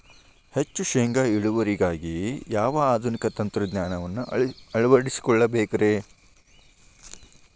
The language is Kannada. ಹೆಚ್ಚು ಶೇಂಗಾ ಇಳುವರಿಗಾಗಿ ಯಾವ ಆಧುನಿಕ ತಂತ್ರಜ್ಞಾನವನ್ನ ಅಳವಡಿಸಿಕೊಳ್ಳಬೇಕರೇ?